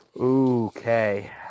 okay